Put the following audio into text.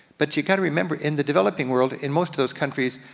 but you gotta remember, in the developing world, in most of those countries,